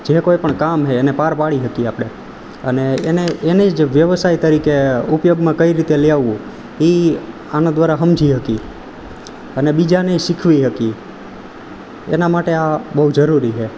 જે કોઈ પણ કામ છે એને પાર પાડી શકી આપણે અને એને એની જ વ્યવસાય તરીકે ઉપયોગમાં કઈ રીતે લેવું એ આના દ્વારા સમજી શકી અને બીજાને ય શીખવી શકી એના માટે આ બહુ જરૂરી હે